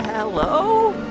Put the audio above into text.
hello